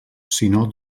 sinó